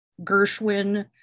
Gershwin